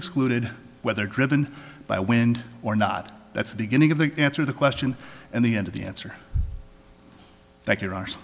excluded whether driven by wind or not that's the beginning of the answer the question and the end of the answer thank you